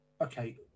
Okay